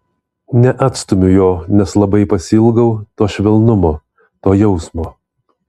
neatstumiu jo nes labai pasiilgau to švelnumo to jausmo